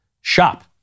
shop